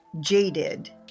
jaded